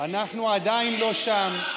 האזרחים האלה, אנחנו עדיין לא שם,